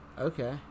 Okay